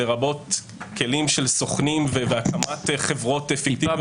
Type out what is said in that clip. לרבות כלים של סוכנים והקמת חברות פיקטיביות וכולי.